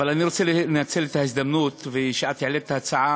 אבל אני רוצה לנצל את ההזדמנות שאת העלית את ההצעה